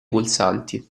pulsanti